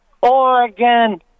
Oregon